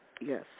yes